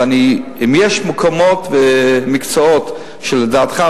ואם יש מקומות ומקצועות שלדעתך,